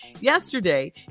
Yesterday